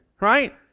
right